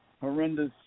horrendous